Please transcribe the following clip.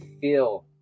feel